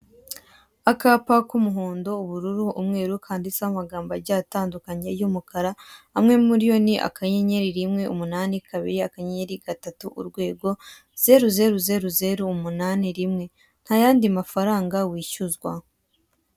Akapa k'umuhondo, ubururu, umweru kanditseho amagambo agiye atandukanye y'umukara, amwe muri yo ni akanyenyeri rimwe umunani kabiri akanyenyeri gatatu urwego zeru zeru zeru zeru umunani rimwe. Ntayandi mafaranga wishyuzwa.